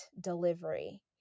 delivery